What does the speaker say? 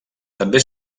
també